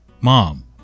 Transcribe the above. Mom